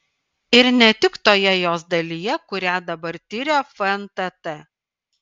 ir ne tik toje jos dalyje kurią dabar tiria fntt